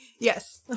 Yes